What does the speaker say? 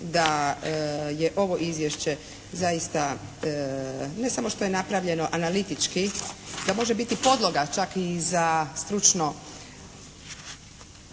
da je ovo izvješće zaista ne samo što je napravljeno analitički, da može biti podloga čak i za stručno